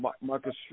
Marcus